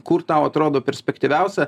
kur tau atrodo perspektyviausia